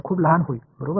खूप लहान होईल बरोबर